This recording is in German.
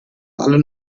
alle